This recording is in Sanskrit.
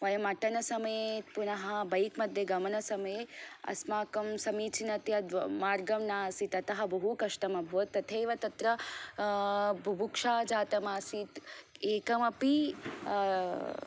वयं अटनसमये पुनः बैक् मध्ये गमनसमये अस्माकं समीचीनतया मार्गं न आसीत् अतः बहु कष्टम् अभवत् तथैव तत्र बुभुक्षा जातमासीत् एकम् अपि